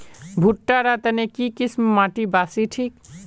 भुट्टा र तने की किसम माटी बासी ठिक?